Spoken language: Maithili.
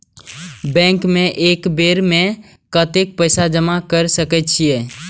बैंक में एक बेर में कतेक पैसा जमा कर सके छीये?